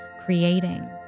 creating